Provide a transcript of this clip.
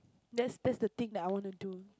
that's that's the thing that I want to do